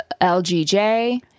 LGJ-